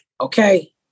okay